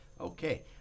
Okay